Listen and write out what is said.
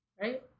Right